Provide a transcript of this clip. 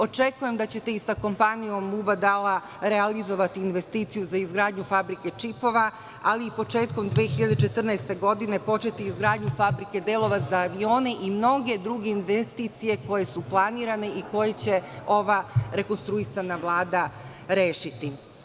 Očekujem da ćete i sa kompanijom Mubadala realizovati investiciju za izgradnju fabrike čipova, ali i početkom 2014. godine početi izgradnju fabrika delova za avione i mnoge druge investicije koje su planirane i koje će ova rekonstruisana Vlada rešiti.